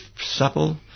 supple